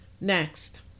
Next